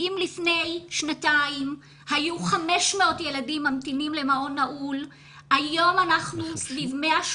אם לפני שנתיים היו 500 ילדים ממתינים למעון נעול היום אנחנו סביב 180,